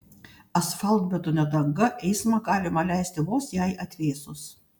asfaltbetonio danga eismą galima leisti vos jai atvėsus